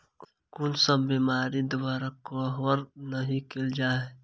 कुन सब बीमारि द्वारा कवर नहि केल जाय है?